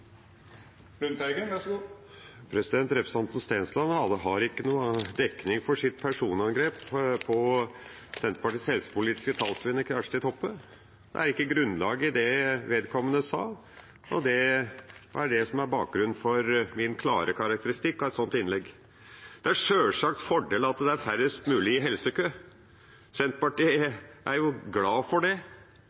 Lundteigen har hatt ordet to gonger tidlegare og får ordet til ein kort merknad, avgrensa til 1 minutt. Representanten Stensland, av alle, har ikke noe dekning for sitt personangrep på Senterpartiets helsepolitiske talskvinne, Kjersti Toppe. Det er ikke grunnlag for det han sa. Det er det som er bakgrunnen for min klare karakteristikk av et sånt innlegg. Det er sjølsagt en fordel at det er færrest mulig i helsekø. Senterpartiet er glad